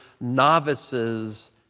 novices